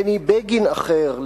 בני בגין אחר,